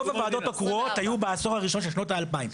רוב הוועדות היו בעשור הראשון של שנות האלפיים.